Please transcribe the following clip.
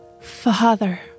Father